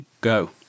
Go